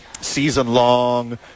season-long